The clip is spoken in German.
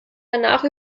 danach